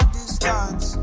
distance